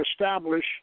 establish